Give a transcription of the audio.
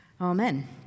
amen